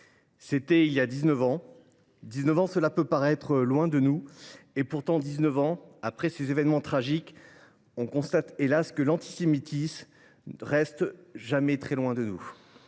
était juif. Dix neuf ans, cela peut paraître loin de nous ; pourtant, dix neuf ans après ces événements tragiques, on constate, hélas ! que l’antisémitisme ne reste jamais très loin de nous.